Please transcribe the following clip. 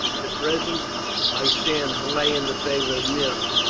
at present i stand high in the favour of nero,